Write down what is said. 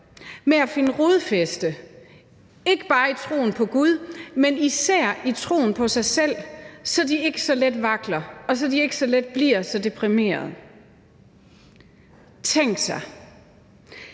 med at finde rodfæste ikke bare i troen på Gud, men især i troen på sig selv, så de ikke så let vakler, og så de ikke så let bliver så deprimerede. Tænk,